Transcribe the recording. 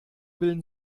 bilden